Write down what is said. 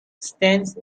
stands